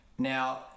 Now